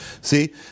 See